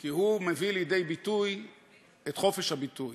כי הוא מביא לידי ביטוי את חופש הביטוי,